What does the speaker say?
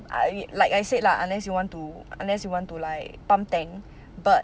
I mean like I said lah unless you want to unless you want to like pump tank but